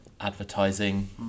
advertising